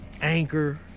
Anchor